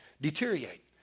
deteriorate